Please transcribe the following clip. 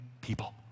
people